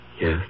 Yes